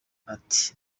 ati